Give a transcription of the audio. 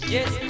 Yes